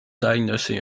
diagnosing